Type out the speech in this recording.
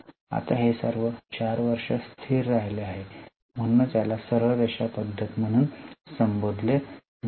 आता हे सर्व 4 वर्ष स्थिर राहिले आहे म्हणूनच याला सरळ रेषा पद्धत म्हणून संबोधले जाते